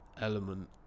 element